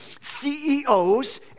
CEOs